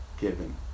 given